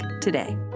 today